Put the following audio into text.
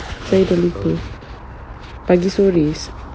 I terlupa pagi suara